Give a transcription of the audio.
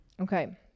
Okay